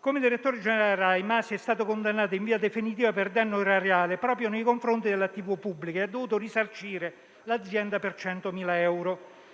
Come direttore generale Rai, Masi è stato condannato in via definitiva per danno erariale proprio nei confronti della TV pubblica e ha dovuto risarcire l'azienda per 100.000 euro.